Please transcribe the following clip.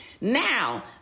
Now